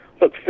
look